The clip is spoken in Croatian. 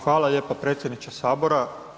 Hvala lijepo predsjedniče Sabora.